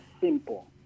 simple